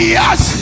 yes